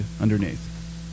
underneath